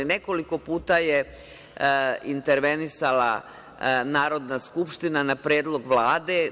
Nekoliko puta je intervenisala Narodna skupština na predlog Vlade.